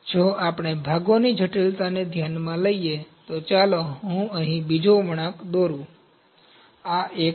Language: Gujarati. જો આપણે ભાગોની જટિલતાને ધ્યાનમાં લઈએ તો ચાલો હું અહીં બીજો વળાંક દોરું આ એક છે